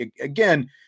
again